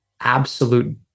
absolute